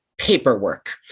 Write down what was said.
paperwork